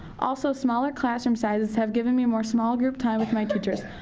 also smaller classroom sizes have given me more small-group time with my teachers.